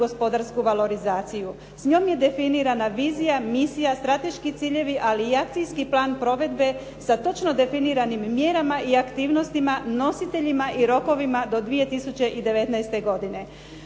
gospodarsku valorizaciju. S njom je definirana vizija, misija, strateški ciljevi ali i akcijski plan provedbe sa točno definiranim mjerama i aktivnostima, nositeljima i rokovima do 2019. godine.